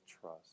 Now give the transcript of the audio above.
trust